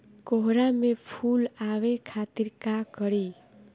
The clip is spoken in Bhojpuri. कोहड़ा में फुल आवे खातिर का करी?